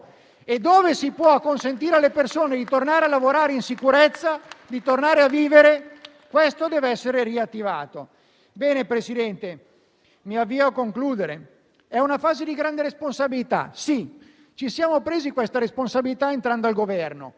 e, dove si può consentire alle persone di tornare a lavorare in sicurezza e a vivere, questo dev'essere riattivato. Signor Presidente, mi avvio a concludere. È una fase di grande responsabilità. Sì, ci siamo presi questa responsabilità, entrando nel Governo.